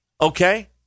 Okay